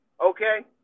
Okay